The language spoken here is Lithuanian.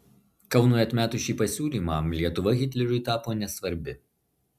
kaunui atmetus šį pasiūlymą lietuva hitleriui tapo nesvarbi